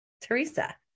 Teresa